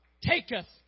taketh